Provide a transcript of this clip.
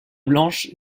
blanche